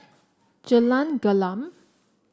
Jalan Gelam